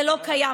זה לא קיים.